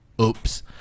oops